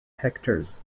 hectares